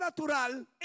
natural